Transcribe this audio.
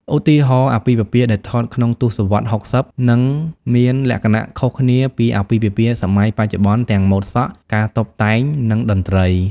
ឧទាហរណ៍ អាពាហ៍ពិពាហ៍ដែលថតក្នុងទស្សវត្ស៦០ នឹងមានលក្ខណៈខុសគ្នាពីអាពាហ៍ពិពាហ៍សម័យបច្ចុប្បន្នទាំងម៉ូដសក់ ការតុបតែង និងតន្រ្តី។